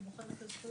הוא מוכר את הזכויות.